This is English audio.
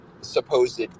supposed